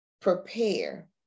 prepare